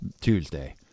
Tuesday